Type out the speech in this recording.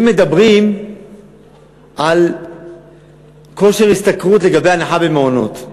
אם מדברים על כושר השתכרות לגבי הנחה במעונות,